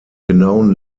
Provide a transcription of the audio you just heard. genauen